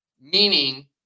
Meaning